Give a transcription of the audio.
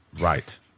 Right